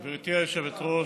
גברתי היושבת-ראש,